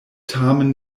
tamen